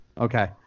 Okay